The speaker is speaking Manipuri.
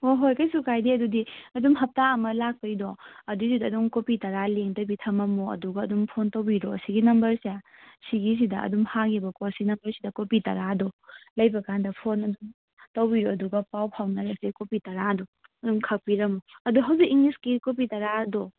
ꯑꯣ ꯍꯣꯏ ꯀꯩꯁꯨ ꯀꯥꯏꯗꯦ ꯑꯗꯨꯗꯤ ꯑꯗꯨꯝ ꯍꯞꯇꯥ ꯑꯃ ꯂꯥꯛꯄꯩꯗꯣ ꯑꯗꯨꯒꯤꯗꯤ ꯑꯗꯨꯝ ꯀꯣꯄꯤ ꯇꯔꯥ ꯂꯦꯡꯗꯕꯤ ꯊꯃꯝꯃꯣ ꯑꯗꯨꯒ ꯑꯗꯨꯝ ꯐꯣꯟ ꯇꯧꯕꯤꯔꯛꯑꯣ ꯁꯤꯒꯤ ꯅꯝꯕꯔꯁꯦ ꯁꯤꯒꯤꯁꯤꯗ ꯑꯗꯨꯝ ꯍꯥꯡꯉꯦꯕꯀꯣ ꯁꯤ ꯅꯝꯕꯔꯁꯤꯗ ꯀꯣꯄꯤ ꯇꯔꯥꯗꯣ ꯂꯩꯕ ꯀꯥꯟꯗ ꯐꯣꯟ ꯑꯗꯨꯝ ꯇꯧꯕꯤꯔꯣ ꯑꯗꯨꯒ ꯄꯥꯎ ꯐꯥꯎꯅꯔꯁꯦ ꯀꯣꯄꯤ ꯇꯔꯥꯗꯣ ꯑꯗꯨꯝ ꯈꯥꯛꯄꯤꯔꯝꯃꯣ ꯑꯗꯣ ꯍꯧꯖꯤꯛ ꯏꯪꯂꯤꯁꯀꯤ ꯀꯣꯄꯤ ꯇꯔꯥꯗꯣ